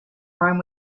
rome